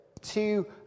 Two